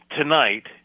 tonight